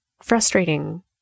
frustrating